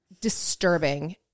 Disturbing